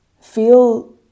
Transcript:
feel